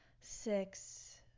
six